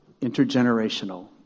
intergenerational